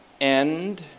end